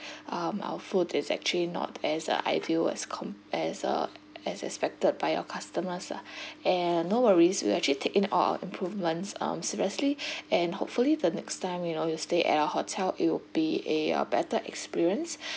um our food is actually not as a ideal as compared uh as expected by our customers lah and no worries we will actually take in all our improvements um seriously and hopefully the next time you know you stay at our hotel it'll be a uh better experience